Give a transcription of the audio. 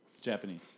Japanese